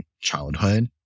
childhood